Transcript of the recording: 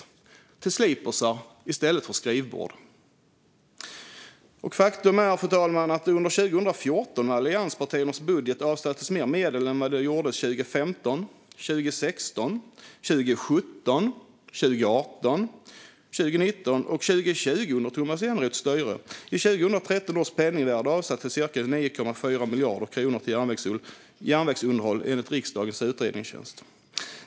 De ska användas till sliprar i stället för skrivbord. Faktum är, fru talman, att det under 2014 med allianspartiernas budget avsattes mer medel än vad det gjordes 2015, 2016, 2017, 2018, 2019 och 2020 med Tomas Eneroths styre. I 2013 års penningvärde avsattes cirka 9,4 miljarder kronor till järnvägsunderhåll, enligt riksdagens utredningstjänst.